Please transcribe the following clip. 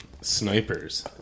snipers